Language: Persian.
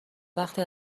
وقتی